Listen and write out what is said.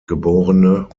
geb